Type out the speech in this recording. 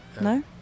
No